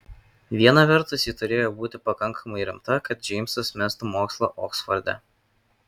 viena vertus ji turėjo būti pakankamai rimta kad džeimsas mestų mokslą oksforde